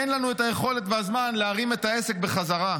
אין לנו את היכולת ואת הזמן להרים את העסק בחזרה.